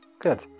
Good